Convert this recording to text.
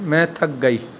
میں تھک گئی